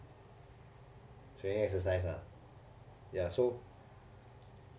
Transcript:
strenuous exercise lah ya so